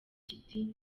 kiti